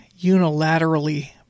unilaterally